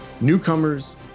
newcomers